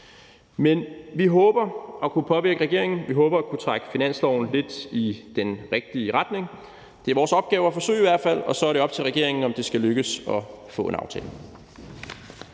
Men vi håber at kunne påvirke regeringen. Vi håber at kunne trække finanslovsaftalen lidt i den rigtige retning. Det er i hvert fald vores opgave at forsøge, og så er det op til regeringen, om det skal lykkes at få en aftale.